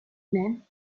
même